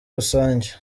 rusange